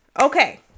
Okay